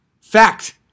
Fact